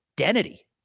identity